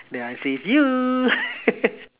the answer is you